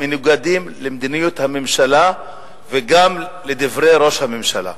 מנוגדים למדיניות הממשלה וגם לדברי ראש הממשלה?